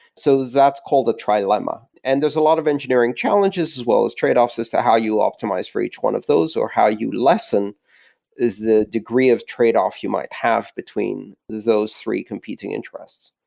so that's called a trilemma, and there's a lot of engineering challenges, as well as tradeoffs as to how you optimize for each one of those or how you lessen the degree of tradeoff you might have between those three competing interests.